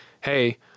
hey